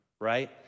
right